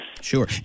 sure